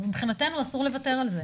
מבחינתנו אסור לוותר על זה.